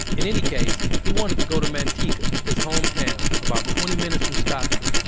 in any case, he wanted to go to manteca, his hometown, about twenty minutes from stockton.